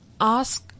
ask